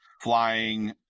flying